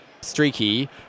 Streaky